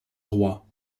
roi